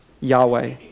Yahweh